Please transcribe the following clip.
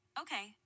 Okay